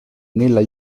nella